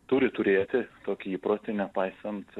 turi turėti tokį įprotį nepaisant